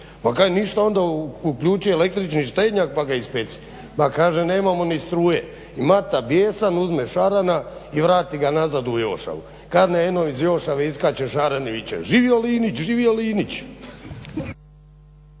Pa kaže ništa onda uključi električni štednjak pa ga ispeci. Pa kaže nemamo ni struje. I Mata bijesan uzme šarana i vrati ga nazad u Jošavu. Kad eno iz Jošave iskače šaran i viče: "Živio Linić, živio Linić!"